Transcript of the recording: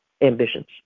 ambitions